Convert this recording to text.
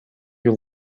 you